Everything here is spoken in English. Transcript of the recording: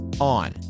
on